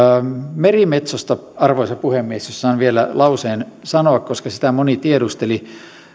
merimetsosta arvoisa puhemies jos saan vielä lauseen sanoa koska sitä moni tiedusteli